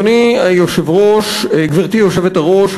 גברתי היושבת-ראש,